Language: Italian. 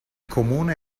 comune